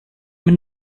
min